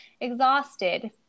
exhausted